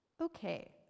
Okay